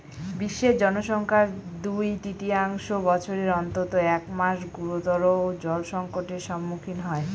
বিশ্বের জনসংখ্যার দুই তৃতীয়াংশ বছরের অন্তত এক মাস গুরুতর জলসংকটের সম্মুখীন হয়